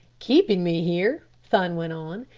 keeping me here, thun went on,